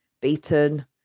beaten